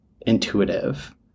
intuitive